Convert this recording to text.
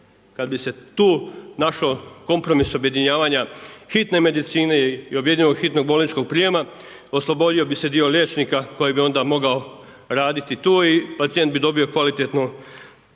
Kad bi se tu našao kompromis objedinjavanja hitne medicine i objedinjenog hitnog bolničkog prijema, oslobodio bi se dio liječnika koji bi onda mogao raditi tu i pacijent bi dobio kvalitetnu trijažu